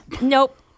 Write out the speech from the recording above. Nope